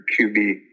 QB